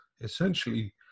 essentially